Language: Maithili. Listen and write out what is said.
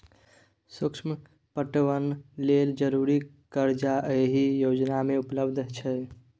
सुक्ष्म पटबन लेल जरुरी करजा एहि योजना मे उपलब्ध छै